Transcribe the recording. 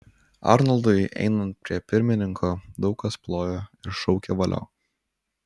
arnoldui einant prie pirmininko daug kas plojo ir šaukė valio